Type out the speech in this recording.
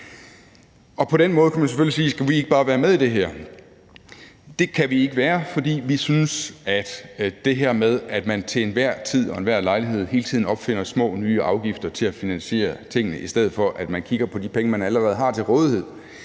på den måde kan man selvfølgelig spørge, om ikke bare vi skulle være med i det her. Det kan vi ikke være, for vi synes, at det her med, at man til enhver tid og ved enhver lejlighed hele tiden opfinder små nye afgifter til at finansiere tingene, i stedet for at man kigger på de penge, man allerede har til rådighed,